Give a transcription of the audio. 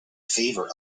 favor